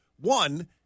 One